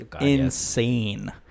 Insane